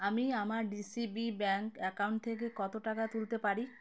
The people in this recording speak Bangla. আমি আমার ডিসিবি ব্যাঙ্ক অ্যাকাউন্ট থেকে কত টাকা তুলতে পারি